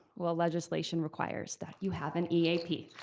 well, legislation requires that you have an eap.